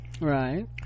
Right